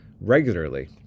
regularly